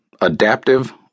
adaptive